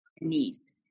knees